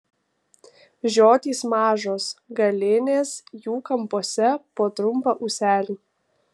žiotys mažos galinės jų kampuose po trumpą ūselį